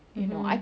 ya